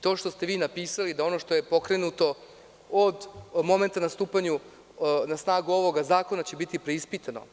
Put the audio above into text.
To što ste vi napisali da ono što je pokrenuto od momenta na stupanje na snagu ovoga zakona će biti preispitano.